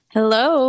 Hello